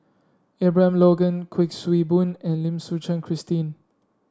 Abraham Logan Kuik Swee Boon and Lim Suchen Christine